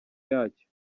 yacyo